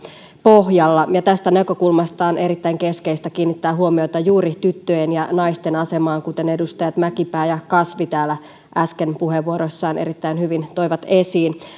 pohjalla tästä näkökulmasta on erittäin keskeistä kiinnittää huomiota juuri tyttöjen ja naisten asemaan kuten edustajat mäkipää ja kasvi täällä äsken puheenvuoroissaan erittäin hyvin toivat esiin